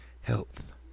health